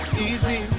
easy